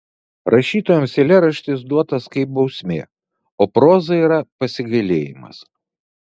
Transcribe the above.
rašytojams eilėraštis duotas kaip bausmė o proza yra pasigailėjimas